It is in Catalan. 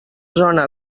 zona